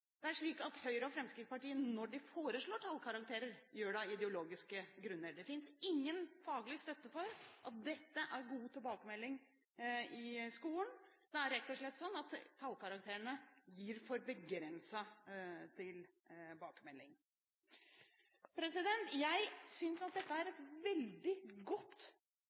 Høyre og Fremskrittspartiet foreslår tallkarakterer, gjør de det av ideologiske grunner. Det finnes ingen faglig støtte for at dette er god tilbakemelding i skolen. Det er rett og slett sånn at tallkarakterene gir for begrenset tilbakemelding. Jeg synes at dette er et veldig godt